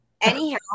anyhow